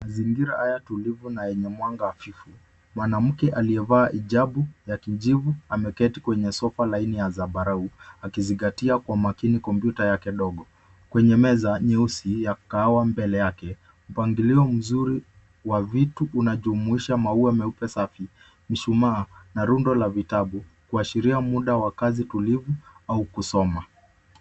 Mazingira haya tulivu na yenye mwanga harufu. Mwanamke aliyevaa hijabu ya kijivu ameketi kwenye sofa laini ya zambarau akizingatia kwa makini kompyuta yake ndogo. Kwenye meza nyeusi ya kahawa mbele yake mpangilio mzuri wa vitu unajumuisha maua meupe safi. Mshumaa na rundo la vitabu kuashiria muda wa kazi tulivu au kusoma.